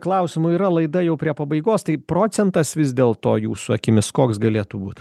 klausimų yra laida jau prie pabaigos tai procentas vis dėl to jūsų akimis koks galėtų būt